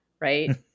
Right